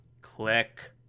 Click